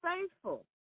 faithful